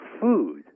food